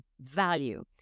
value